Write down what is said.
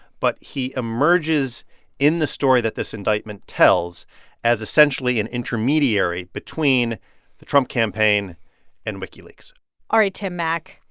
but he emerges in the story that this indictment tells as, essentially, an intermediary between the trump campaign and wikileaks all right, tim mak,